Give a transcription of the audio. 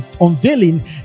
unveiling